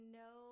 no